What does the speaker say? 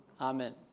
Amen